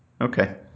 Okay